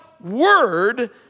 word